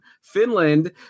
Finland